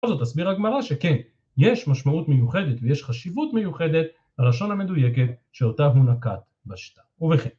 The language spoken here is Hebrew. בכל זאת הסבירה הגמרא שכן, יש משמעות מיוחדת ויש חשיבות מיוחדת, ללשון המדויקת שאותה הוא נקט בשיטה. ובכן.